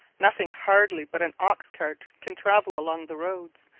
nothing hardly but an ox-cart can travel along the roads,